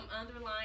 underlying